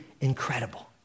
incredible